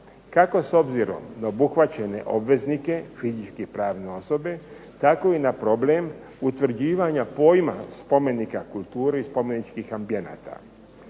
kako s obzirom na obuhvaćene obveznike, fizičke i pravne osobe tako i na problem utvrđivanja pojma spomenika kulture i spomeničkih ambijenata.